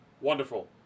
Wonderful